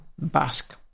Basque